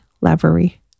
Lavery